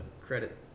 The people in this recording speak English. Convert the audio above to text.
credit